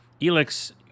Elix